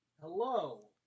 Hello